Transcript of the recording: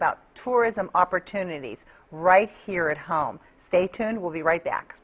about tourism opportunities right here at home stay tuned we'll be right back